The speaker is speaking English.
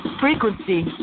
frequency